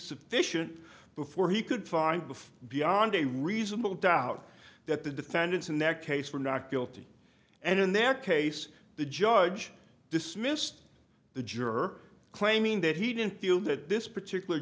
sufficient before he could find before beyond a reasonable doubt that the defendants in that case were not guilty and in their case the judge dismissed the juror claiming that he didn't feel that this particular